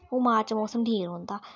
ओह् मार्च मौसम ठीक रौंह्दा